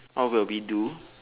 what will we do